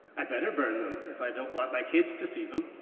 i better burn them if i don't want my kids to see them,